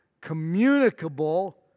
communicable